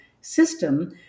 system